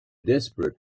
desperate